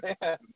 man